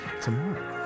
tomorrow